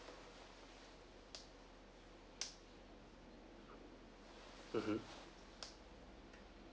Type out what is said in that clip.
mmhmm